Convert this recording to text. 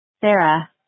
Sarah